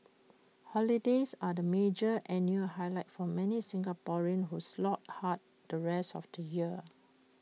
holidays are the major annual highlight for many Singaporeans who slog hard the rest of the year